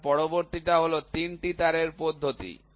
সুতরাং পরবর্তী টা হল ৩ টি তার পদ্ধতি